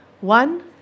One